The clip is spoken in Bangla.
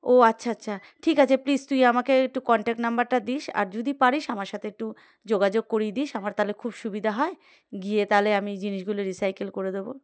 ও আচ্ছা আচ্ছা ঠিক আছে প্লিজ তুই আমাকে একটু কন্ট্যাক্ট নাম্বরটা দিস আর যদি পারিস আমার সাথে একটু যোগাযোগ করিয়ে দিস আমার তাহলে খুব সুবিধা হয় গিয়ে তাহলে আমি জিনিসগুলো রিসাইকেল করে দেবো